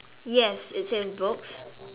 yes it says books